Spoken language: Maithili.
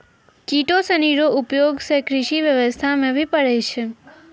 किटो सनी रो उपयोग से कृषि व्यबस्था मे भी पड़ै छै